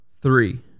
Three